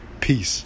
Peace